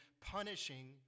punishing